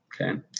Okay